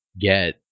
get